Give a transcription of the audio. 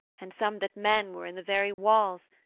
and some that men were in the very walls,